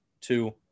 two